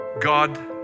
God